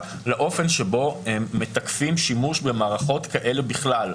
לאופן שבו מתקפים שימוש במערכות כאלה בכלל.